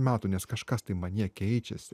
metų nes kažkas tai manyje keičiasi